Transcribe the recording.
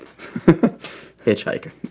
Hitchhiker